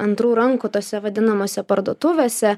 antrų rankų tose vadinamose parduotuvėse